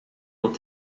ont